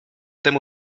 temu